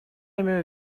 имею